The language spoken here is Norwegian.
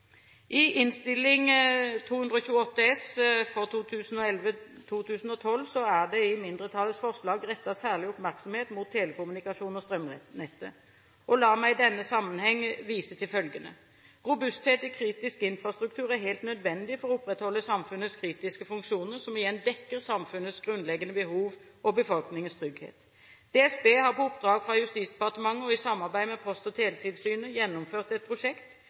I Innst. 228 S er det i mindretallets forslag rettet særlig oppmerksomhet mot telekommunikasjon og strømnettet. La meg i denne sammenheng vise til følgende: Robusthet i kritisk infrastruktur er helt nødvendig for å opprettholde samfunnets kritiske funksjoner, som igjen dekker samfunnets grunnleggende behov og befolkningens trygghet. Direktoratet for sikkerhet og beredskap har på oppdrag fra Justisdepartementet og i samarbeid med Post- og teletilsynet gjennomført et prosjekt